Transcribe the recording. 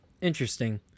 Interesting